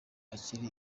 akiri